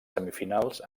semifinals